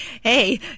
hey